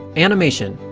animation.